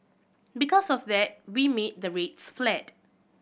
because of that we made the rates flat